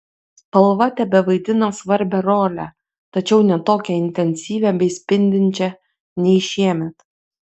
spalva tebevaidina svarbią rolę tačiau ne tokią intensyvią bei spindinčią nei šiemet